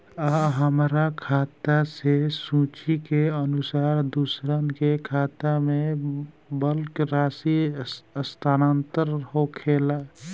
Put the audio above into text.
आ हमरा खाता से सूची के अनुसार दूसरन के खाता में बल्क राशि स्थानान्तर होखेला?